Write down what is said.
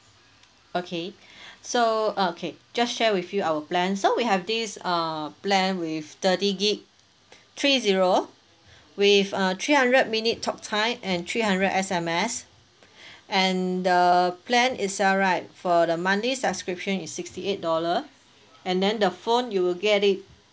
okay so okay just share with you our plan so we have this err plan with thirty gig three zero with uh three hundred minute talk time and three hundred S_M_S and the plan itself right for the monthly subscription is sixty eight dollar and then the phone you will get it